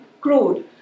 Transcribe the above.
crude